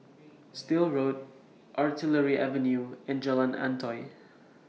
Still Road Artillery Avenue and Jalan Antoi